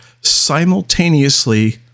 simultaneously